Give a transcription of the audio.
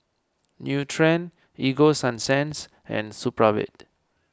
Nutren Ego Sunsense and Supravit